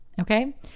okay